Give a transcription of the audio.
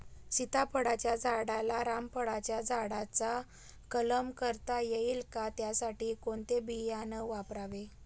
सीताफळाच्या झाडाला रामफळाच्या झाडाचा कलम करता येईल का, त्यासाठी कोणते बियाणे वापरावे?